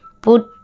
put